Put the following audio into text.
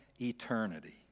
eternity